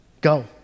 Go